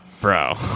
bro